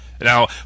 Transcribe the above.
Now